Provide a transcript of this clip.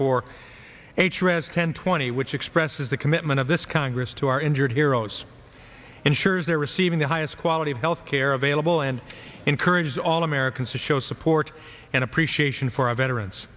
for h r s ten twenty which expresses the commitment of this congress to our injured heroes ensures they're receiving the highest quality of health care available and encourage all americans to show support and appreciation for our veterans